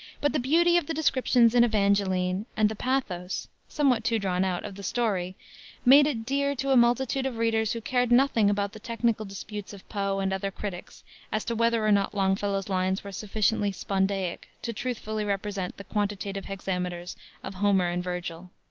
but the beauty of the descriptions in evangeline and the pathos somewhat too drawn out of the story made it dear to a multitude of readers who cared nothing about the technical disputes of poe and other critics as to whether or not longfellow's lines were sufficiently spondaic to truthfully represent the quantitative hexameters of homer and vergil.